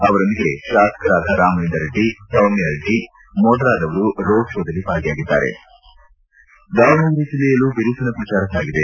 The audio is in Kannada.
ಅವರೊಂದಿಗೆ ಶಾಸಕರಾದ ರಾಮಲಿಂಗರೆಡ್ಡಿ ಸೌಮ್ಕರೆಡ್ಡಿ ಮೊದಲಾದವರು ರೋಡ್ ಶೋದಲ್ಲಿ ಭಾಗಿಯಾಗಿದ್ದರು ದಾವಣಗೆರೆ ಜಿಲ್ಲೆಯಲ್ಲೂ ಬಿರುಸಿನ ಪ್ರಜಾರ ಸಾಗಿದೆ